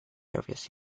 areas